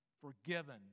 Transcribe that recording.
forgiven